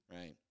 right